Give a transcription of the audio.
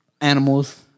Animals